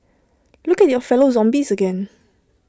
look at your fellow zombies again